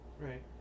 Right